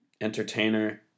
entertainer